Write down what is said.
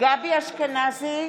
גבי אשכנזי,